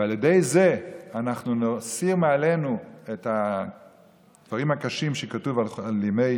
ועל ידי זה אנחנו נסיר מעלינו את הדברים הקשים שכתוב על ימי